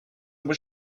was